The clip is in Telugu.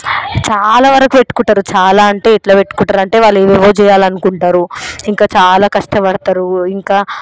చాలావరకు పెట్టుకుంటారు చాలా అంటే ఎట్లా పెట్టుకుంటారంటే వాళ్ళు ఏవేవో చేయాలనుకుంటారు ఇంకా చాలా కష్టపడతారు ఇంకా